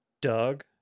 Doug